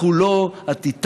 אנחנו לא הטיטניק,